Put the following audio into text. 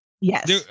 Yes